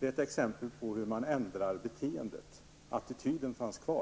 Det är ett exempel på hur man ändrar beteendet, medan attityden finns kvar.